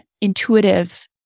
intuitive